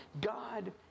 God